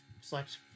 select